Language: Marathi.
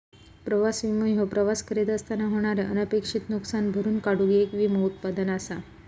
प्रवास विमो ह्यो प्रवास करीत असताना होणारे अनपेक्षित नुसकान भरून काढूक येक विमो उत्पादन असा